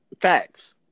Facts